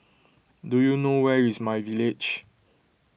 do you know where is MyVillage